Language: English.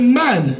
man